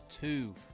two